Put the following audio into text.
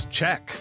check